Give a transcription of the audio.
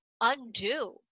undo